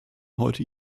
heute